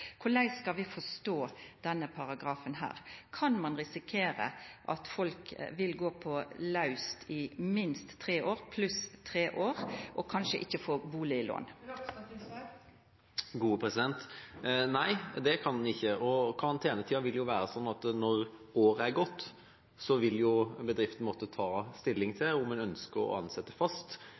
Korleis skal ein forstå denne paragrafen? Kan ein risikera at folk vil gå utan fast tilsetjing i minst tre år pluss tre år – og kanskje ikkje får bustadlån? Nei, det kan en ikke. Karantenetida vil være slik at når året er gått, vil bedriften måtte ta stilling til om en ønsker å ansette fast.